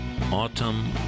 autumn